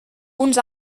uns